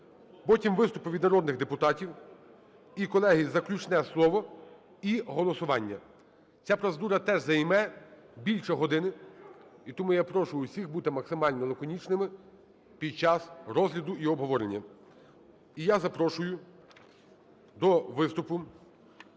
Потім виступи від народних депутатів. І, колеги, заключне слово - і голосування. Ця процедура теж займе більше години, і тому я прошу усіх бути максимально лаконічними під час розгляду і обговорення. І я запрошую до виступу,